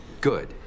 good